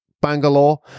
Bangalore